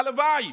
הלוואי